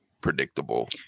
predictable